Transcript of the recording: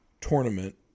tournament